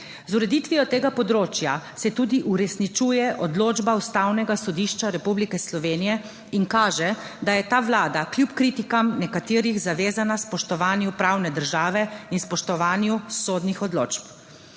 Z ureditvijo tega področja se tudi uresničuje odločba Ustavnega sodišča Republike Slovenije in kaže, da je ta Vlada kljub kritikam nekaterih zavezana spoštovanju pravne države in spoštovanju sodnih odločb.